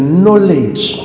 knowledge